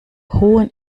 hohen